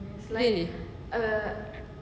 really